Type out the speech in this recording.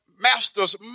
master's